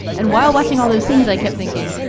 and while watching all those scenes, i kept thinking,